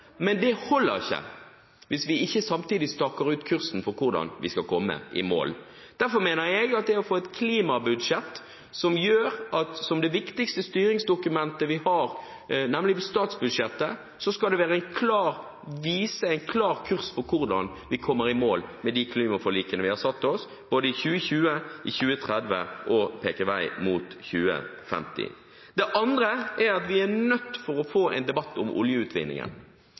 Men det holder ikke hvis vi ikke samtidig staker ut kursen for hvordan vi skal komme i mål. Derfor mener jeg at vi må få et klimabudsjett, nemlig statsbudsjettet, som det viktigste styringsdokumentet vi har, som viser en klar kurs for hvordan vi kommer i mål med de klimaforlikene vi har satt oss, både i 2020, i 2030 og peke vei mot 2050. Det andre er at vi er nødt for å få en debatt om oljeutvinningen.